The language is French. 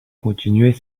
continuait